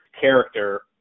character